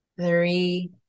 three